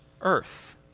earth